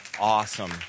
awesome